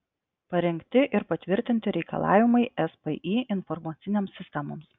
parengti ir patvirtinti reikalavimai spį informacinėms sistemoms